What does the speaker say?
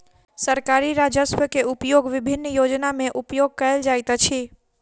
सरकारी राजस्व के उपयोग विभिन्न योजना में उपयोग कयल जाइत अछि